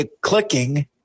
clicking